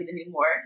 anymore